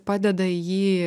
padeda jį